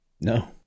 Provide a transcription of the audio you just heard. No